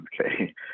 okay